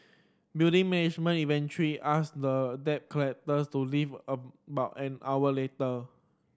building management eventually asked the debt collectors to leave about an hour later